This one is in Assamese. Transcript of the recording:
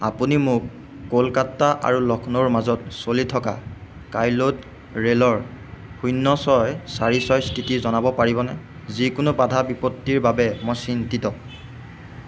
আপুনি মোক কলকাতা আৰু লক্ষ্ণৌৰ মাজত চলি থকা কাইলৈ ৰে'লৰ শূন্য ছয় চাৰি ছয় স্থিতি জনাব পাৰিবনে যিকোনো বাধা বিপত্তিৰ বাবে মই চিন্তিত